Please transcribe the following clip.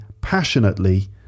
passionately